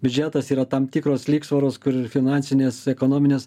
biudžetas yra tam tikros lygsvaros kur finansinės ekonominės